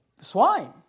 swine